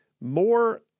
more